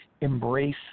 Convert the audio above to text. embrace